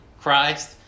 Christ